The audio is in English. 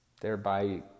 thereby